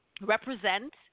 represent